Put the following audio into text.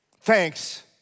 Thanks